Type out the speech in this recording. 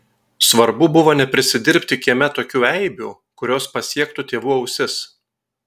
svarbu buvo neprisidirbti kieme tokių eibių kurios pasiektų tėvų ausis